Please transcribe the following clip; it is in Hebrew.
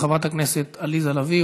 חברת הכנסת עליזה לביא,